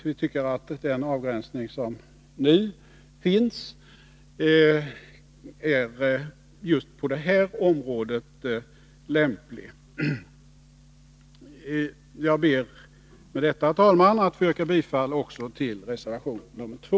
Vi tycker att den avgränsning som nu finns är lämplig just på detta område. Jag ber med detta, herr talman, att få yrka bifall också till reservation nr2.